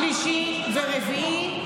שלישי ורביעי,